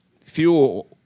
fuel